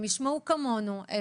הם ישמעו כמונו.